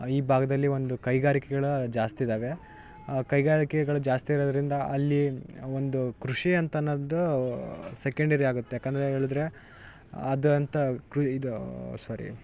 ಈ ಭಾಗದಲ್ಲಿ ಒಂದು ಕೈಗಾರಿಕೆಗಳು ಜಾಸ್ತಿ ಇದ್ದಾವೆ ಕೈಗಾರಿಕೆಗಳು ಜಾಸ್ತಿ ಇರೋದ್ರಿಂದ ಅಲ್ಲೀ ಒಂದು ಕೃಷಿ ಅಂತ ಅನ್ನೋದು ಸೆಕೆಂಡರಿ ಆಗುತ್ತೆ ಯಾಕಂದರೆ ಹೇಳಿದ್ರೆ ಅದು ಅಂತ ಕ್ರು ಇದು ಸ್ವಾರಿ